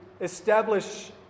establish